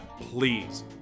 please